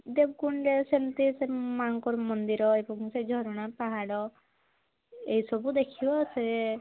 ଦେବକୁଣ୍ଡ ଯାଅ ସେମତି ମାଆଙ୍କର ମନ୍ଦିର ଏବଂ ସେ ଝରଣା ପାହାଡ଼ ଏଇ ସବୁ ଦେଖିବ ସେ